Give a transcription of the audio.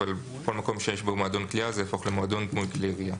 בכל מקום שמופיע בו "מועדון קליעה" זה יהפוך ל"מועדון דמוי כלי ירייה".